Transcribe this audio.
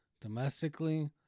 Domestically